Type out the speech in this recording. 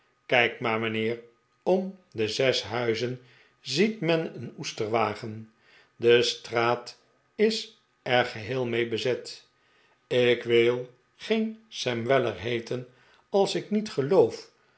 kijk maar mijnheer om de zes huizen ziet men een oesterwagen de straat is er geheel mee bezet ik wil geen sam weller heeten als ik niet geloof